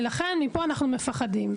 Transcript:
ולכן, מפה אנחנו מפחדים.